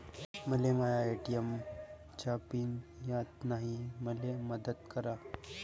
मले माया ए.टी.एम चा पिन याद नायी, मले मदत करा